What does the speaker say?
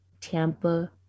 Tampa